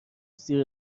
زیر